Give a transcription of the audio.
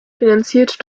finanziert